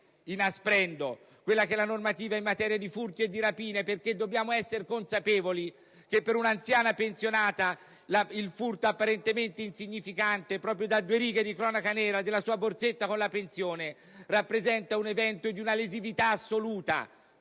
inasprendo la normativa in materia di furti e rapine. Dobbiamo infatti essere consapevoli che per una anziana pensionata il furto apparentemente insignificante, proprio da due righe di cronaca nera, della sua borsetta con la pensione rappresenta un evento di una lesività assoluta